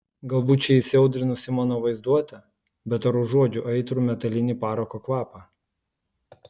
galbūt čia įsiaudrinusi mano vaizduotė bet ar užuodžiu aitrų metalinį parako kvapą